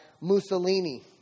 Mussolini